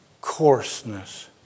coarseness